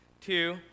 two